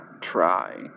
try